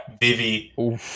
Vivi